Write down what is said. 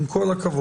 עם כל הכבוד,